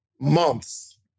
months